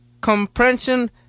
comprehension